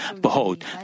Behold